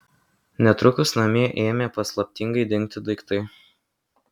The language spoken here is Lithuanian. netrukus namie ėmė paslaptingai dingti daiktai